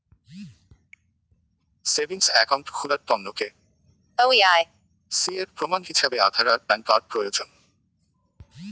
savings account খুলার তন্ন KYC এর প্রমাণ হিছাবে আধার আর প্যান কার্ড প্রয়োজন